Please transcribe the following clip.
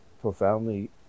profoundly